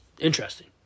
Interesting